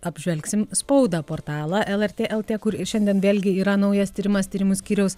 apžvelgsim spaudą portalą lrt lt kur ir šiandien vėlgi yra naujas tyrimas tyrimų skyriaus